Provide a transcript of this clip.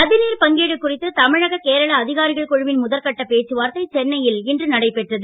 நதிநீர் பங்கீடு குறித்து தமிழக கேரள அதிகாரிகள் குழுவின் முதற்கட்ட பேச்சுவார்தை சென்னையில் இன்று நடைபெற்றது